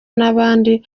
n’abandi